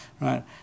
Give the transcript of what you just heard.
right